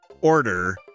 order